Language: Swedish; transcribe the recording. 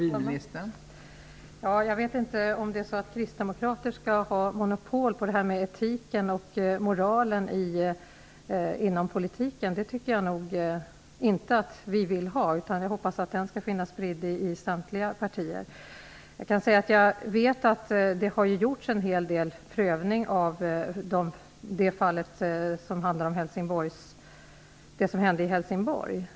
Fru talman! Jag vet inte om det är så, att kristdemokrater skall ha monopol på etik och moral inom politiken. Det vill vi nog inte ha. Jag hoppas att den skall finnas spridd i samtliga partier. Jag vet att det som hände i Helsingborg har prövats.